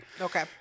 Okay